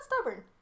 stubborn